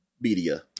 media